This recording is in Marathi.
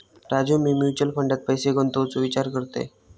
राजू, मी म्युचल फंडात पैसे गुंतवूचो विचार करतय